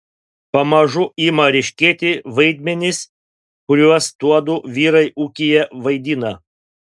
pamažu ima ryškėti vaidmenys kuriuos tuodu vyrai ūkyje vaidina